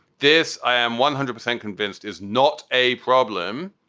this, i am one hundred percent convinced, is not a problem.